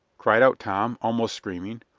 cried out tom, almost screaming.